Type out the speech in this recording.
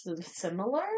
similar